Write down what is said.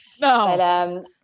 No